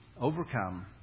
Overcome